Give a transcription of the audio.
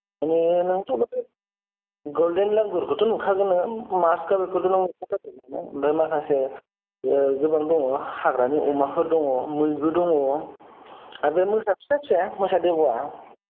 माने नोंथ' बे गल्डेन लांगुरखौथ' नुखागोन नोङो मास्ट खा बेखौथ' नों नुखागोनानो ओमफ्राय माखासे गोबां दङ हाग्रानि अमाफोर दङ मैबो दङ आरो बे मोसा फिसा फिसाया मोसादेग'आ